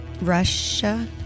Russia